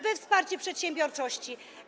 Wsparcie przedsiębiorczości.